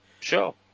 sure